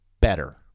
better